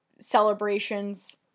celebrations